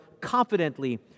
confidently